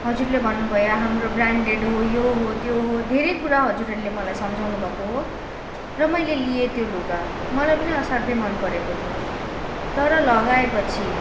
हजुरले भन्नुभयो हाम्रो ब्रान्डेड हो यो हो त्यो हो धेरै कुरा हजुरहरूले मलाई सम्झाउनुभएको हो र मैले लिएँ त्यो लुगा मलाई पनि असाध्यै मनपरेको थियो तर लगाएपछि